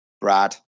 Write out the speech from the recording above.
Brad